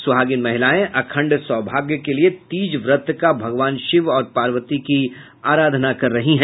सुहागिन महिलायें अखण्ड सौभाग्य के लिये तीज व्रत कर भगवान शिव और पार्वती की अराधना कर रही हैं